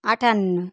আটান্ন